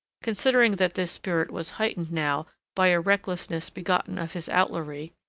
considering that this spirit was heightened now by a recklessness begotten of his outlawry,